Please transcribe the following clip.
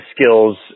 skills